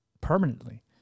permanently